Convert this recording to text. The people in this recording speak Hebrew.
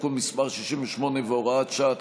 תיקון מס' 68 והוראת שעה),